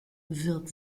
wird